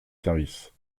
services